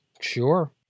Sure